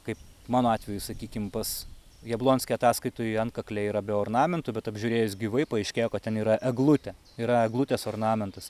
kaip mano atveju sakykim pas jablonskį ataskaitoj antkakliai yra be ornamentų bet apžiūrėjus gyvai paaiškėjo kad ten yra eglutė yra eglutės ornamentas